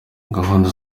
gahunda